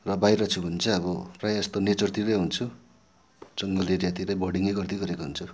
र बाहिर छु भने चाहिँ अब प्रायः यस्तो नेचरतिरै हुन्छु जङ्गल एरियातिरै बर्डिङै गर्दै गरेको हुन्छु